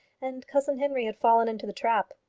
and cousin henry had fallen into the trap.